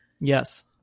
Yes